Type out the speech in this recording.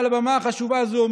מעל הבמה החשובה הזו,